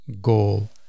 goal